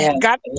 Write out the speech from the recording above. Got